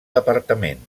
departament